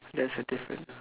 there's a difference